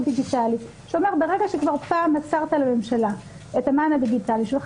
דיגיטלי שאומר שברגע שכבר פעם מסרת לממשלה את הממען הדיגיטלי שלך,